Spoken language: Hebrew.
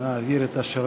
אני, ישראל